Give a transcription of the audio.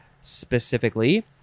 Specifically